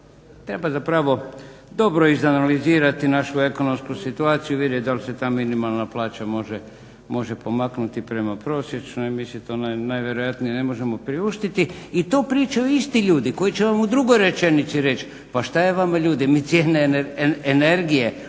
treba zapravo dobro izanalizirati našu ekonomsku situaciju, vidjet dal se ta minimalna plaća može pomaknuti prema prosječnoj, mi si to najvjerojatnije ne možemo priuštiti. I to pričaju isti ljudi koji će vam u drugoj rečenici reć, pa šta je vama ljudi, mi cijene energije